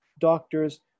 doctors